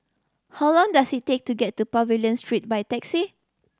how long does it take to get to Pavilion Street by taxi